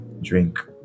drink